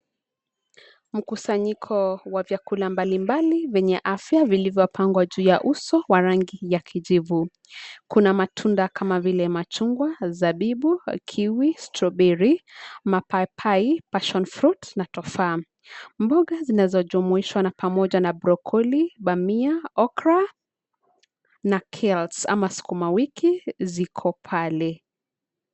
Mkusanyiko, wa vyakula mbalimbali, vyenye afya vilivyopangwa juu ya uso, wa rangi ya kijivu. Kuna matunda kama vile: machungwa, zabibu, kiwi, strawberry, mapapai, passion fruit , na tofaa. Mboga zinazojumuishwa na pamoja na brocoli, bamia, okra na kales ama sukuma wiki, ziko pale.